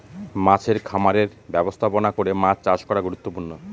মাছের খামারের ব্যবস্থাপনা করে মাছ চাষ করা গুরুত্বপূর্ণ